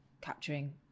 capturing